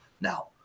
now